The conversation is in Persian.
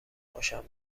خوشم